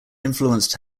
influenced